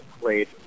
played